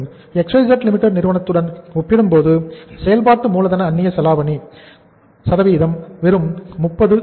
XYZ Limited நிறுவனத்துடன் ஒப்பிடும்போது செயல்பாட்டு மூலதன அந்நியச் செலாவணியின் சதவீதம் வெறும் 30 ஆகும்